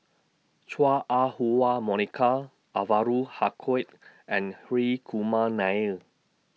Chua Ah Huwa Monica Anwarul Haque and Hri Kumar Nair